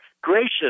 gracious